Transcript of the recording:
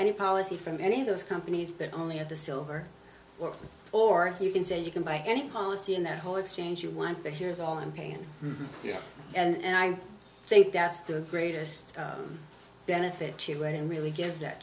any policy from any of those companies but only at the silver or you can say you can buy any policy in the whole exchange you want but here is all i'm paying you and i think that's the greatest benefit to write and really give that